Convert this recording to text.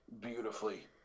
beautifully